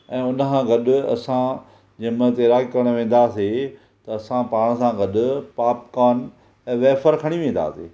ऐं हुन खां गॾु असां जंहिं महिल तेरागी करणु वेंदा हुआसीं त असां पाणि सां गॾु पॉपकोन वेफ़र खणी वेंदा हुआसीं